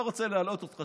לא רוצה להלאות אותך,